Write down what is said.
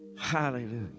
Hallelujah